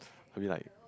I mean like